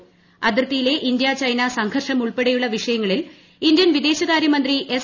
്അതിർത്തിയിലെ India China സംഘർഷമുൾപ്പെടെയുള്ള പ്രവിഷയങ്ങളിൽ Indian വിദേശ കാര്യമന്ത്രി എസ്